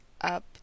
up